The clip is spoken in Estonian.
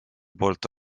poolt